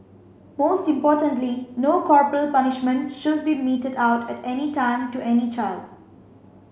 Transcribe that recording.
most importantly no corporal punishment should be meted out at any time to any child